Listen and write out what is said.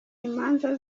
imanza